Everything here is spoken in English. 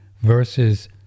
versus